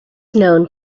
known